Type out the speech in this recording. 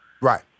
Right